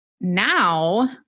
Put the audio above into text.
now